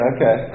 Okay